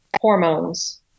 hormones